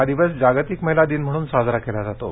हा दिवस जागतिक महिला दिन म्हणून साजरा केला जातो